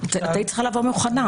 את היית צריכה לבוא מוכנה.